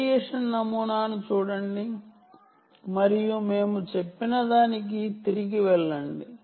radiation నమూనాను చూడండి మరియు మేము చెప్పినదానిని తిరిగి గుర్తుచేసుకోండి